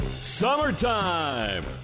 Summertime